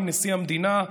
עם נשיא המדינה,